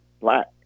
black